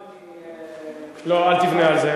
אתה לוקח דוגמה מאייכלר, לא, אל תבנה על זה,